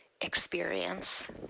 experience